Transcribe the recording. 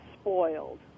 spoiled